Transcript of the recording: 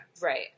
Right